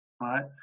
Right